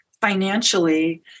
financially